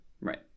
right